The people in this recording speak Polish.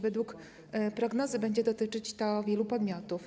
Według prognozy będzie to dotyczyć wielu podmiotów.